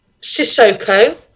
Sissoko